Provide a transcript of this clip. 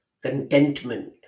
Contentment